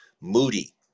Moody